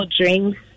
drinks